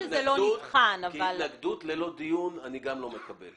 כי התנגדות ללא דיון, אני גם לא מקבל.